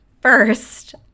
first